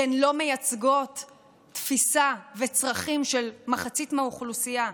כי הן לא מייצגות תפיסה וצרכים של מחצית מהאוכלוסייה.